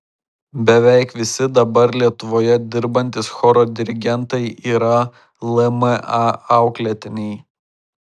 beveik visi dabar lietuvoje dirbantys choro dirigentai yra lma auklėtiniai